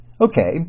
Okay